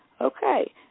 Okay